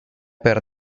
per